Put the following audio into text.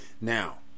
now